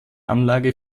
anlage